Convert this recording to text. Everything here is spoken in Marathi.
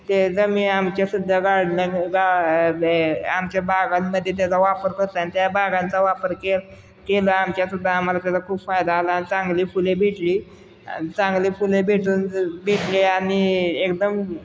ते जर मी आमच्यासुद्धा गार्डन आमच्या बागांमध्ये त्याचा वापर करतो त्या बागांचा वापर के केला आमच्यासुद्धा आम्हाला त्याचा खूप फायदा आला आणि चांगली फुले भेटली चांगले फुले भेटून भेटली आणि एकदम